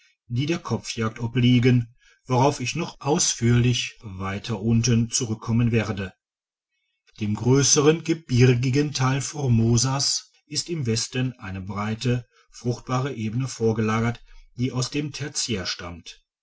die der kopfjagd obliegen woraut ich noch ausführlich weiter unten zurückkommem werde dem grösseren gebirgigen teil formosas ist im westen eine breite fruchtbare ebene vorgelagert die aus dem tertiär stammt